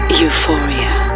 Euphoria